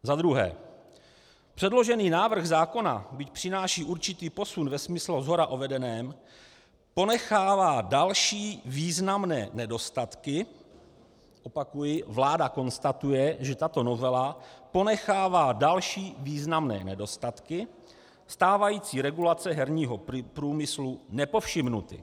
Za druhé: Předložený návrh zákona, byť přináší určitý posun ve smyslu shora uvedeném, ponechává další významné nedostatky opakuji: vláda konstatuje, že tato novela ponechává další významné nedostatky stávající regulace herního průmyslu nepovšimnuty.